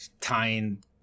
tying